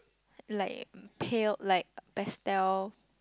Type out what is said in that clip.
like pale like pastel